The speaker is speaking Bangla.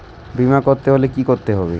বিমা করতে হলে কি করতে হবে?